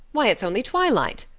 why, it's only twilight.